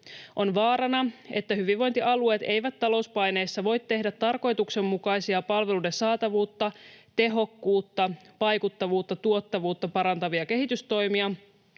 On vaarana, että hyvinvointialueet eivät talouspaineissa voi tehdä tarkoituksenmukaisia palveluiden saatavuutta, tehokkuutta, vaikuttavuutta ja tuottavuutta parantavia kehitystoimia